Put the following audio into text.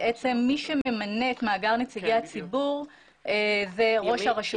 מי שממנה את מאגר נציגי הציבור זה ראש הרשות.